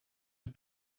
een